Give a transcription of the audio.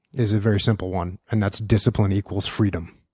is a very simple one, and that's discipline equals freedom.